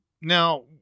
Now